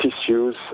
tissues